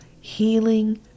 healing